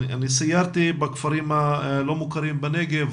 סיירתי בכפרים הלא מוכרים בנגב,